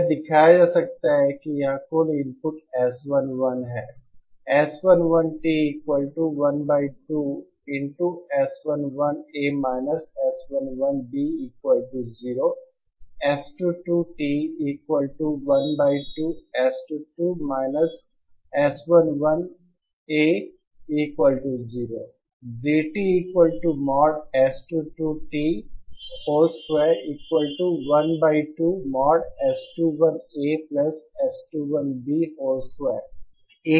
यह दिखाया जा सकता है कि यहां कुल इनपुट S11 है